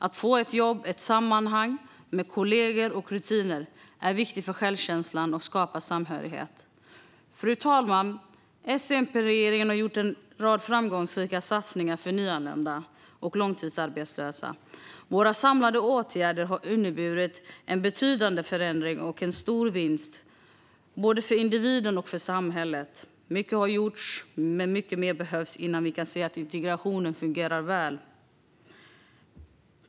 Att få ett jobb och ett sammanhang med kollegor och rutiner är viktigt för självkänslan och skapar samhörighet. Fru talman! S-MP-regeringen har gjort en rad framgångsrika satsningar för nyanlända och långtidsarbetslösa. Våra samlade åtgärder har inneburit en betydande förändring och en stor vinst både för individen och för samhället. Mycket har gjorts, men mycket mer behövs innan vi kan säga att integrationen fungerar väl.